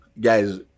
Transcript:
Guys